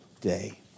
day